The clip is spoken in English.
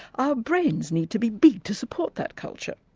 our brains need to be big to support that culture.